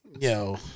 Yo